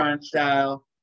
style